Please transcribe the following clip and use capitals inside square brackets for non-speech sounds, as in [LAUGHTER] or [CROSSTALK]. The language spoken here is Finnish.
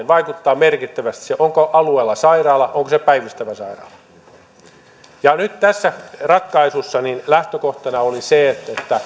[UNINTELLIGIBLE] vaikuttaa merkittävästi se onko alueella sairaala onko se päivystävä sairaala nyt tässä ratkaisussa lähtökohtana oli se että